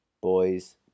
boys